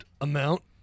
amount